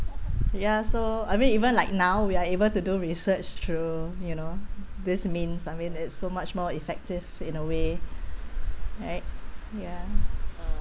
ya so I mean even like now we are able to do research through you know these means I mean it's so much more effective in a way right ya